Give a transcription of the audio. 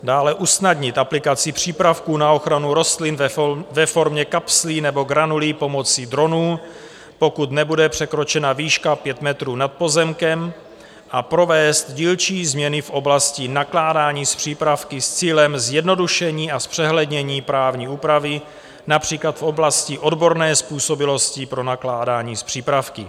Dále usnadnit aplikaci přípravků na ochranu rostlin ve formě kapslí nebo granulí pomocí dronů, pokud nebude překročena výška pět metrů nad pozemkem, a provést dílčí změny v oblasti nakládání s přípravky s cílem zjednodušení a zpřehlednění právní úpravy například v oblasti odborné způsobilosti pro nakládání s přípravky.